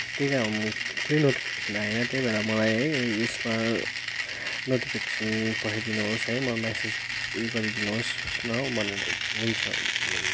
त्यही कारण म कुनै नोटिफिकेसन आएन त्यही भएर मलाई है यसमा नोटिफिकेसन पठाइदिनु होस् है मलाई म्यासेज उयो गरी दिनुहोस् सु सूचना हो भनेर हुन्छ